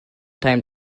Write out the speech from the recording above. time